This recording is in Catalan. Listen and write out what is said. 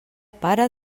pare